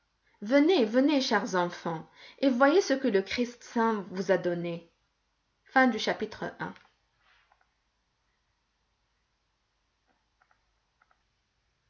venez venez chers enfants et voyez ce que le christ saint vous a donné